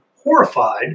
horrified